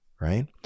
right